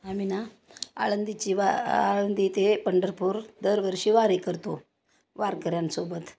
आम्ही ना आळंदीची वा आळंदी ते पंढरपूर दरवर्षी वारी करतो वारकऱ्यांसोबत